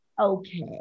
Okay